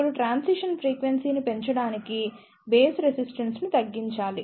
ఇప్పుడు transition frequency ని పెంచడానికి బేస్ రెసిస్టెన్స్ ను తగ్గించాలి